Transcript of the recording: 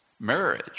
marriage